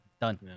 Done